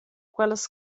quellas